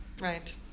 Right